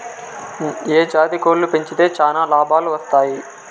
ఏ జాతి కోళ్లు పెంచితే చానా లాభాలు వస్తాయి?